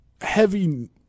Heavy